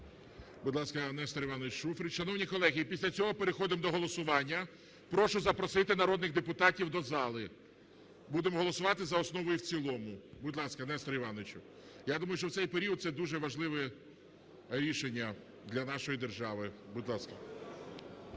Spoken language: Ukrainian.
Будь ласка, Нестор Іванович Шуфрич. Шановні колеги, і після цього переходимо до голосування. Прошу запросити народних депутатів до зали. Будемо голосувати за основу і в цілому. Будь ласка, Несторе Івановичу. Я думаю, що в цей період це дуже важливе рішення для нашої держави. Будь ласка.